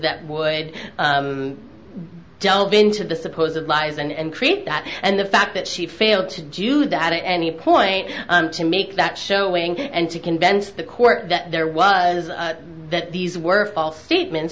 that would delve into the suppose of lies and create that and the fact that she failed to do that at any point to make that showing and to convince the court that there was that these were false statements